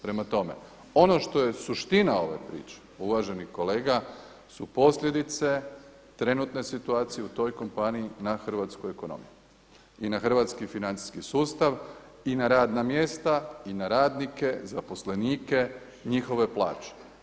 Prema tome, ono što je suština ove priče, uvaženi kolega, su posljedice trenutne situacije u toj kompaniji na hrvatsku ekonomiju i na hrvatski financijski sustav i na radna mjesta i na radnike, zaposlenike, njihove plaće.